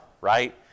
right